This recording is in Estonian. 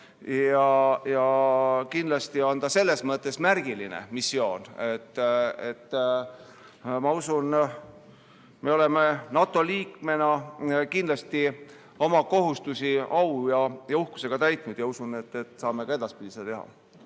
ja kindlasti on see selles mõttes märgiline missioon. Ma usun, et me oleme NATO liikmena kindlasti oma kohustusi au ja uhkusega täitnud, ning usun, et saame ka edaspidi seda teha.